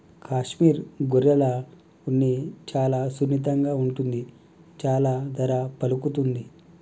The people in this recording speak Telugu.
కాశ్మీర్ గొర్రెల ఉన్ని చాలా సున్నితంగా ఉంటుంది చాలా ధర పలుకుతుంది